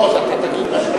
לא, אז אתה תגיד מה שאתה רוצה.